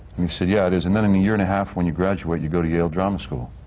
and he said, yeah, it is. and then in a year and a half, when you graduate, you go to yale drama school.